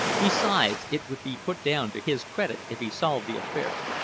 besides, it would be put down to his credit if he solved the affair.